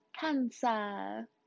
Cancer